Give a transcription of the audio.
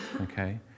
Okay